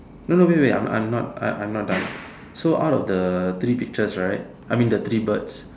no no wait wait I'm I'm not I'm not done so out of the three pictures right I mean that three birds